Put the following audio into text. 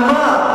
על מה?